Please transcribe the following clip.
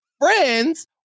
friends